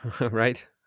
right